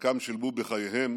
שחלקם שילמו בחייהם